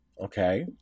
Okay